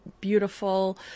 beautiful